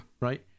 right